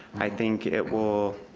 i think it will